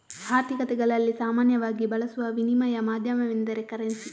ಆರ್ಥಿಕತೆಗಳಲ್ಲಿ ಸಾಮಾನ್ಯವಾಗಿ ಬಳಸುವ ವಿನಿಮಯ ಮಾಧ್ಯಮವೆಂದರೆ ಕರೆನ್ಸಿ